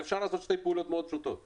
הממשלה צריכה לעשות שתי פעולות פשוטות מאוד: